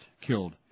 killed